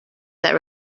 that